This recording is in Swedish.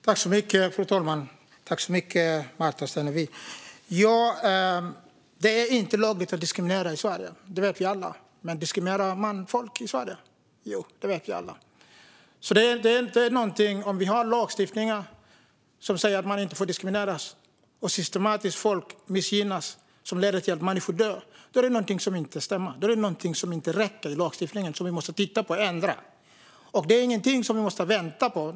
Fru talman! Det är inte lagligt att diskriminera i Sverige, och det vet vi alla. Men diskriminerar man folk i Sverige? Ja, det vet vi alla. Om vi har en lagstiftning som säger att man inte får diskrimineras men folk systematiskt missgynnas, vilket leder till att människor dör, då är det någonting som inte stämmer. Då är det någonting i lagstiftningen som inte räcker, som vi måste titta på och ändra. Det är ingenting som vi måste vänta på.